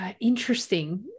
Interesting